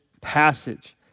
passage